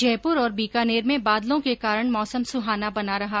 जयपुर और बीकानेर में बादलों के कारण मौसम सुहाना बना रहा